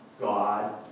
God